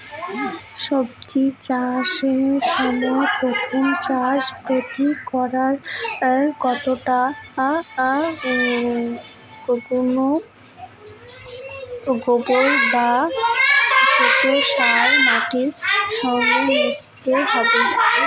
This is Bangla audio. সবজি চাষের সময় প্রথম চাষে প্রতি একরে কতটা শুকনো গোবর বা কেঁচো সার মাটির সঙ্গে মেশাতে হবে?